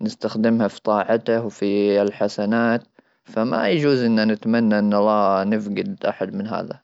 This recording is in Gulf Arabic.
نستخدمها في طاعته في الحسنات فما يجوز اننا نتمنى ان نفقد احد من هذا.